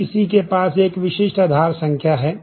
हर किसी के पास एक विशिष्ट आधार संख्या है